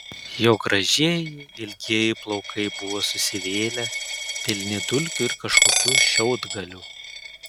jo gražieji ilgieji plaukai buvo susivėlę pilni dulkių ir kažkokių šiaudgalių